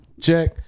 check